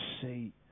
see